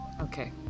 okay